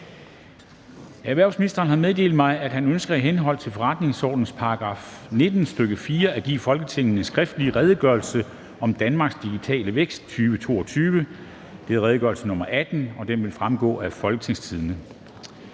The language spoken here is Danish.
Erhvervsministeren har meddelt mig, at han ønsker i henhold til forretningsordenens § 19, stk. 4, at give Folketinget en skriftlig Redegørelse om Danmarks digitale vækst 2022. (Redegørelse nr. 18). Redegørelsen vil fremgå af www.folketingstidende.dk.